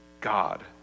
God